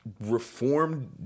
reformed